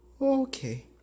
Okay